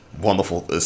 wonderful